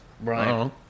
Right